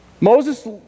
Moses